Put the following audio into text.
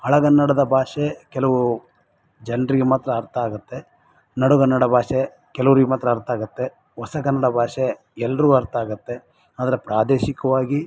ಹಳೆಗನ್ನಡದ ಭಾಷೆ ಕೆಲವು ಜನರಿಗೆ ಮಾತ್ರ ಅರ್ಥ ಆಗುತ್ತೆ ನಡುಗನ್ನಡ ಭಾಷೆ ಕೆಲವ್ರಿಗೆ ಮಾತ್ರ ಅರ್ಥ ಆಗುತ್ತೆ ಹೊಸಗನ್ನಡ ಭಾಷೆ ಎಲ್ಲರಿಗೂ ಅರ್ಥ ಆಗುತ್ತೆ ಆದರೆ ಪ್ರಾದೇಶಿಕವಾಗಿ